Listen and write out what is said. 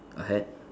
a hat